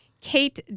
Kate